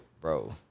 Bro